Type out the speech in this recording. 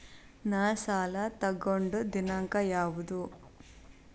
ನಾ ಸಾಲ ತಗೊಂಡು ದಿನಾಂಕ ಯಾವುದು?